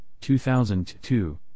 2002